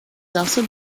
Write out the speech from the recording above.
also